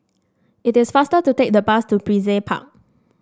it is faster to take the bus to Brizay Park